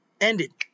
ended